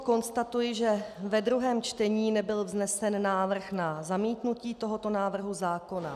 Konstatuji, že ve druhém čtení nebyl vznesen návrh na zamítnutí tohoto návrhu zákona.